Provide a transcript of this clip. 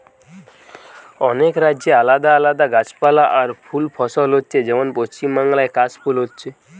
অনেক রাজ্যে আলাদা আলাদা গাছপালা আর ফুল ফসল হচ্ছে যেমন পশ্চিমবাংলায় কাশ ফুল হচ্ছে